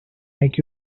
make